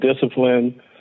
discipline